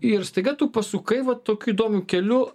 ir staiga tu pasukai va tokiu įdomiu keliu